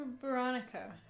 Veronica